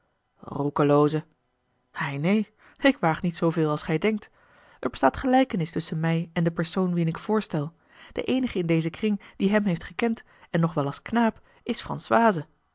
neen ik waag niet zooveel als gij denkt er bestaat gelijkenis tusschen mij en den persoon wien ik voorstel de eenige in dezen kring die hem heeft gekend en nog wel als knaap is françoise